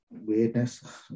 weirdness